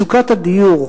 מצוקת הדיור,